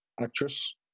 actress